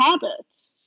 habits